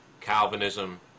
Calvinism